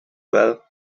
well